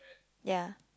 ya